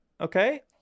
Okay